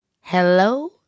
Hello